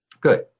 Good